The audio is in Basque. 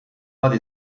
bat